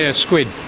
ah squid.